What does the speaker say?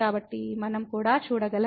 కాబట్టి మనం కూడా చూడగలం